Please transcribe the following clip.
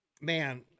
man